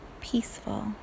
peaceful